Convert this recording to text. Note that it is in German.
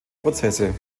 prozesse